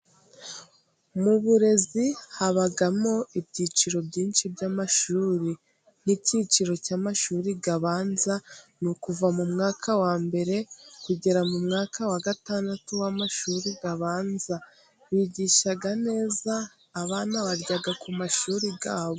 Mu burezi habamo ibyiciro byinshi by'amashuri, nk'icyiciro cy'amashuri abanza, ni ukuva mu mwaka wa mbere, kugera mu mwaka wa gatandatu w'amashuri abanza. Bigisha neza, abana barya ku mashuri yabo.